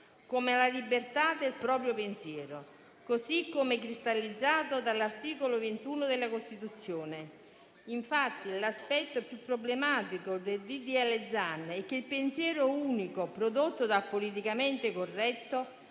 come la libertà del proprio pensiero, così come cristallizzato dall'articolo 21 della Costituzione. Infatti, l'aspetto più problematico del disegno di legge Zan è che il pensiero unico prodotto dal politicamente corretto